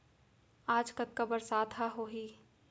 आज कतका बरसात ह होही?